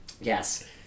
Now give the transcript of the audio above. Yes